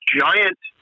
giant